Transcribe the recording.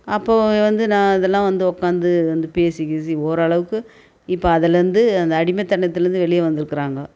அப்போது வந்து நான் இதெல்லாம் வந்து உட்காந்து இது வந்து பேசி கீசி ஓரளவுக்கு இப்போ அதுலேருந்து அந்த அடிமைத்தனத்துலேருந்து வெளியே வந்துருக்காங்க